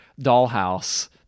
dollhouse